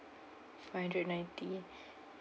five hundred ninety